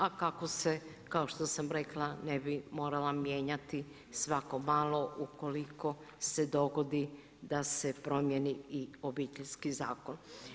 A kako se kao što sam rekla ne bi morala mijenjati svakako malo ukoliko se dogodi da se promijeni i Obiteljski zakon.